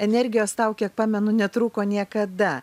energijos tau kiek pamenu netrūko niekada